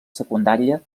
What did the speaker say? secundària